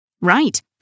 Right